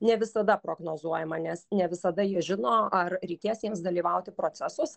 ne visada prognozuojama nes ne visada jie žino ar reikės jiems dalyvauti procesuose